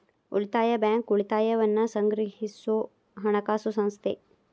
ಉಳಿತಾಯ ಬ್ಯಾಂಕ್, ಉಳಿತಾಯವನ್ನ ಸಂಗ್ರಹಿಸೊ ಹಣಕಾಸು ಸಂಸ್ಥೆ